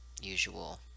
usual